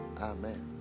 Amen